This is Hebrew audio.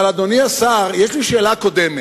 אבל, אדוני השר, יש לי שאלה קודמת.